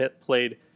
played